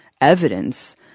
evidence